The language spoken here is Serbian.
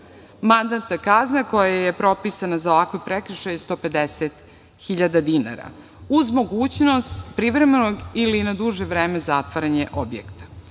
Mandatna kazna koja je propisana za ovakav prekršaj je 150.000 dinara, uz mogućnost privremenog ili na duže vreme zatvaranje objekta. Zakon